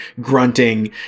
grunting